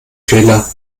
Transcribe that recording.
fehler